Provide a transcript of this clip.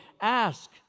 Ask